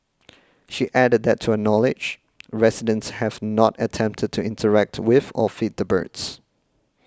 she added that to her knowledge residents have not attempted to interact with or feed the birds